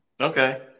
Okay